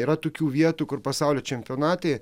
yra tokių vietų kur pasaulio čempionate